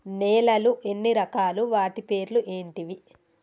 నేలలు ఎన్ని రకాలు? వాటి పేర్లు ఏంటివి?